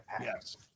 Yes